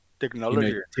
Technology